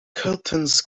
curtains